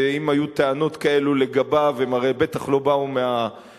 ואם היו טענות כאלה לגביו הן הרי בטח לא באו מהממשלה,